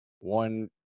one